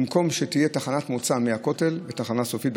במקום שתהיה תחנת מוצא מהכותל ותחנה סופית,